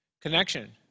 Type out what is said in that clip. connection